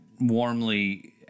warmly